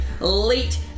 late